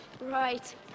Right